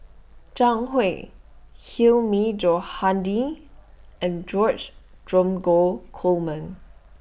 Zhang Hui Hilmi Johandi and George Dromgold Coleman